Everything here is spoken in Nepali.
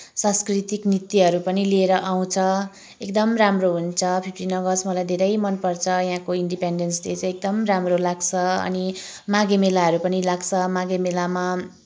सांस्कृतिक नृत्यहरू पनि लिएर आउँछ एकदम राम्रो हुन्छ फिफटिन अगस्त मलाई धेरै मनपर्छ यहाँको इन्डेपेनडेन्स डे चाहिँ एकदम राम्रो लाग्छ अनि माघे मेलाहरू पनि लाग्छ माघे मेलामा